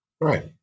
right